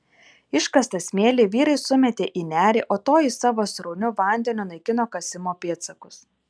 iškastą smėlį vyrai sumetė į nerį o toji savo srauniu vandeniu naikino kasimo pėdsakus